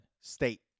State